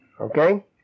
Okay